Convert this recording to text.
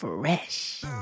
Fresh